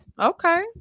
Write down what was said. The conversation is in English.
Okay